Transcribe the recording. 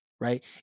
right